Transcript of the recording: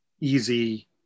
easy